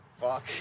Fuck